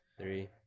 Three